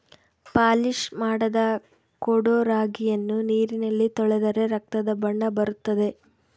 polish ಮಾಡದ ಕೊಡೊ ರಾಗಿಯನ್ನು ನೀರಿನಲ್ಲಿ ತೊಳೆದರೆ ರಕ್ತದ ಬಣ್ಣ ಬರುತ್ತದೆ